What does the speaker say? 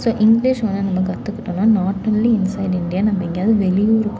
so English வேணா நம்ம கற்றுக்கிட்டோனா நாட் ஒன்லி இன்சைட் இண்டியா நம்ம எங்கியாவது வெளி ஊருக்கு